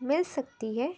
مل سکتی ہے